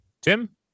tim